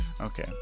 Okay